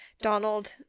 Donald